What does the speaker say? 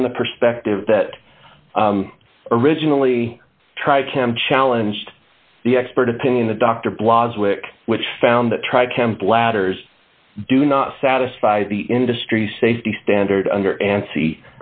from the perspective that originally tried cam challenged the expert opinion the doctor blahs wick which found that try kempe bladders do not satisfy the industry safety standard under and